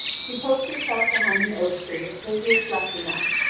she posts herself behind an oak tree until he had slept enough,